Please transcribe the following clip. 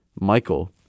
Michael